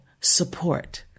support